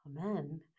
Amen